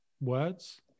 words